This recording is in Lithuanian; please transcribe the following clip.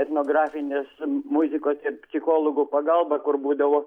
etnografines muzikos ir psichologų pagalba kur būdavo